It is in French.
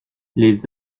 les